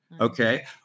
okay